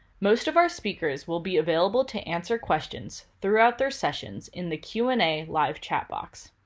most of our speakers will be available to answer questions throughout their sessions in the q and a live chat box.